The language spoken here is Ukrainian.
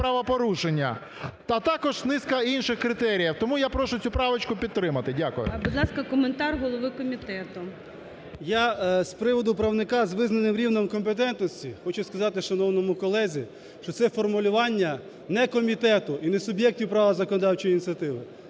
Я з приводу "правника з визнаним рівнем компетентності" хочу сказати шановному колезі, що це формулювання не комітету і не суб'єктів права законодавчої ініціативи.